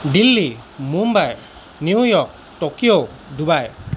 Delhi Mumbai New York Tokyo Dubai